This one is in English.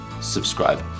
Subscribe